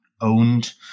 owned